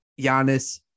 Giannis